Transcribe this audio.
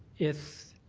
if